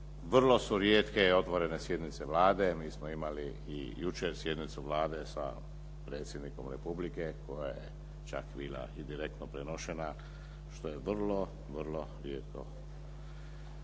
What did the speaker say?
vrlo su rijetke i otvorene sjednice Vlade. Mi smo imali i jučer sjednicu Vlade sa predsjednikom Republike koja je čak bila i direktno prenošena, što je vrlo, vrlo rijetko.